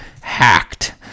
hacked